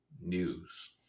news